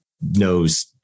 knows